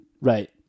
Right